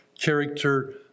character